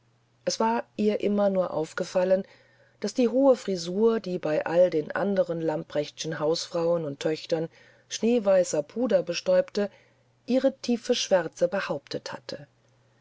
es war ihr immer nur aufgefallen daß die hohe frisur die bei all den anderen lamprechtschen hausfrauen und töchtern schneeweißer puder bestäubte ihre tiefe schwärze behauptet hatte